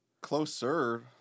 closer